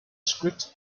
script